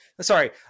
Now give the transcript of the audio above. Sorry